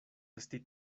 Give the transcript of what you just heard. esti